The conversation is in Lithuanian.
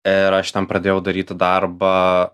ir aš ten pradėjau daryti darbą